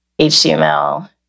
HTML